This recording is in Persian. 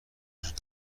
وجود